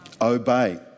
Obey